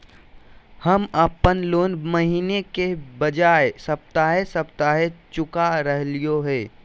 हम अप्पन लोन महीने के बजाय सप्ताहे सप्ताह चुका रहलिओ हें